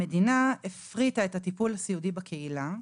המדינה הפריטה את הטיפול הסיעודי בקהילה,